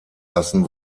lassen